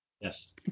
Yes